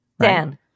Dan